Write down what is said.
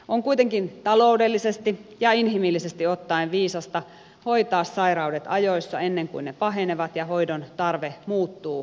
on kuitenkin ta loudellisesti ja inhimillisesti ottaen viisasta hoitaa sairaudet ajoissa ennen kuin ne pahenevat ja hoidon tarve muuttuu kiireelliseksi